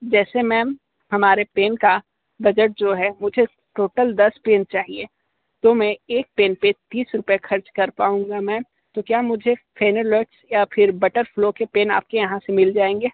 जैसे मैम हमारे पेन का बजट जो है मुझे टोटल दस पेन चाहिएं तो मैं एक पेन पे तीस रुपए खर्च कर पाउँगा मैम तो क्या मुझे या फिर बटरफ़्लो के पेन आपके यहाँ से मिल जाएंगे